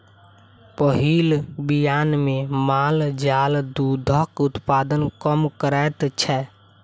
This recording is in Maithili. पहिल बियान मे माल जाल दूधक उत्पादन कम करैत छै